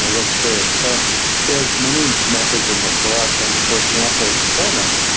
ah what serves? so there are many methods in the book and for example, with wholeness,